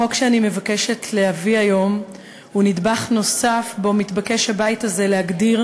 החוק שאני מבקשת להביא היום הוא נדבך נוסף שבו מתבקש הבית הזה להגדיר